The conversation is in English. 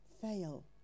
fail